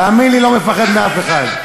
תאמין לי, לא מפחד מאף אחד.